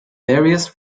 various